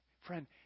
friend